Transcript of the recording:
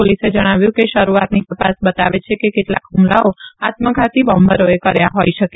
પોલીસે ણાવ્યું કે શરૂઆતની તપાસ બતાવે છે કે કે લાક હ્મલાઓ આત્મધાતી બોમ્બરોએ કર્યા હોઈ શકે